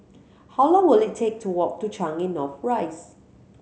how long will it take to walk to Changi North Rise